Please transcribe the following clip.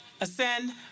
Ascend